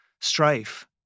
strife